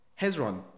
Hezron